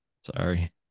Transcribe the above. Sorry